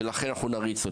ולכן אנחנו נריץ אותה.